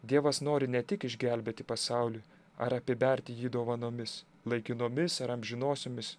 dievas nori ne tik išgelbėti pasaulį ar apiberti jį dovanomis laikinomis ar amžinosiomis